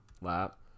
lap